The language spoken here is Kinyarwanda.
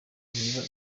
ntiba